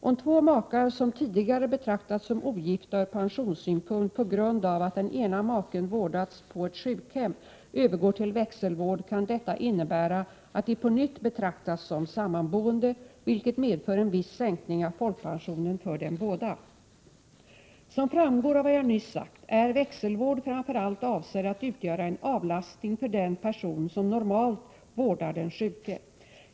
Om två makar som tidigare betraktats som ogifta ur pensionssynpunkt på grund av att den ena maken vårdats på ett sjukhem övergår till växelvård kan detta innebära att de på nytt betraktas som sammanboende, vilket medför en viss sänkning av folkpensionen för dem båda. Som framgår av vad jag nyss sagt är växelvård framför allt avsedd att utgöra en avlastning för den person som normalt vårdar den sjuke.